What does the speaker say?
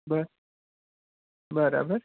બસ બરાબર